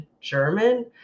German